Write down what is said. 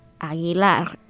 Aguilar